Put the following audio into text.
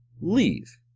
leave